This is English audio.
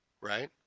Right